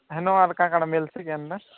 ହେନ ଆର କା କାଣା ମିଲସି କେନ୍ତା